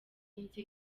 nzi